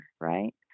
right